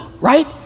right